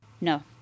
no